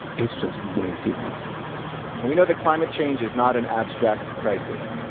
it's just way too hot we know that climate change is not an abstract crisis.